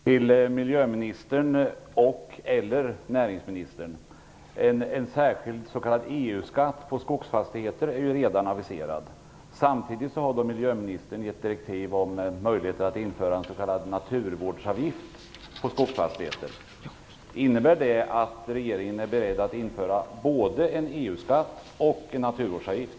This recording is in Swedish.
Herr talman! Jag har en fråga till miljöministern och/eller näringsministern. En särskild s.k. EU-skatt på skogsfastigheter är redan aviserad. Samtidigt har miljöministern gett direktiv om möjligheter att införa en s.k. naturvårdsavgift på skogsfastigheter. Innebär det att regeringen är beredd att införa både en EU-skatt och en naturvårdsavgift?